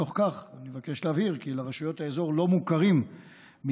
בתוך כך אני מבקש להבהיר כי לרשויות האזור לא מוכרים מקרים